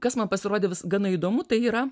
kas man pasirodė vis gana įdomu tai yra